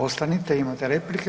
Ostanite imate replike.